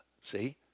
see